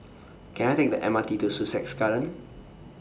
Can I Take The M R T to Sussex Garden